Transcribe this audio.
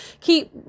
keep